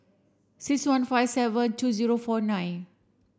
six one five seven two zero four nine